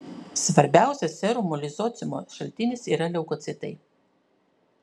svarbiausias serumo lizocimo šaltinis yra leukocitai